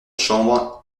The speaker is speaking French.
chambre